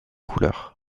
couleurs